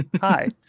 hi